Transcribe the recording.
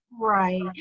right